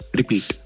repeat